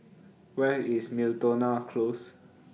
Where IS Miltonia Close